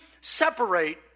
separate